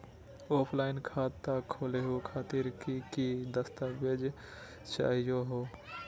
Offline खाता खोलहु खातिर की की दस्तावेज चाहीयो हो?